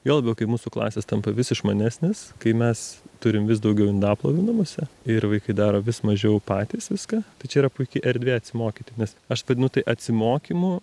juo labiau kai mūsų klasės tampa vis išmanesnės kai mes turim vis daugiau indaplovių namuose ir vaikai daro vis mažiau patys viską tai čia yra puiki erdvė atsimokyti nes aš vadinu tai atsimokymu